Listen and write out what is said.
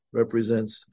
represents